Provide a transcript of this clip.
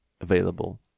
available